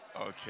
Okay